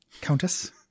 Countess